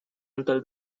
until